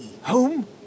Home